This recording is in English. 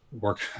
work